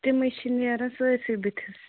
تِمَے چھِ نیران سٲرۍسٕے بٕتھِس